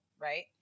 Right